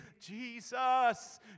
Jesus